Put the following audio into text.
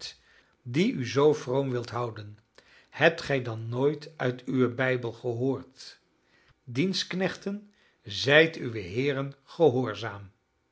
die u zoo vroom wilt houden hebt gij dan nooit uit uwen bijbel gehoord dienstknechten zijt uwen heeren gehoorzaam